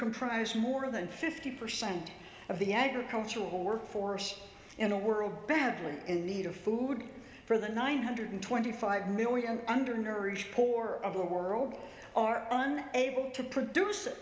comprise more than fifty percent of the agricultural workforce in the world badly in need of food for the nine hundred twenty five million undernourished poor of the world are on able to produce it